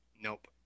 Nope